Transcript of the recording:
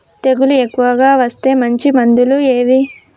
తెగులు ఎక్కువగా వస్తే మంచి మందులు ఏవి?